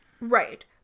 right